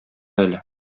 әле